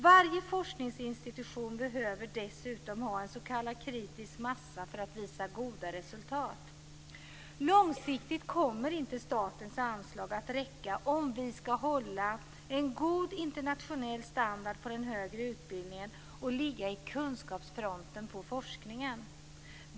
Varje forskningsinstitution behöver dessutom ha en s.k. kritisk massa för att visa goda resultat. Långsiktigt kommer inte statens anslag att räcka om vi ska hålla en god internationell standard på den högre utbildningen och ligga i kunskapsfronten inom forskningen.